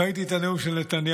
ראיתי את הנאום של נתניהו,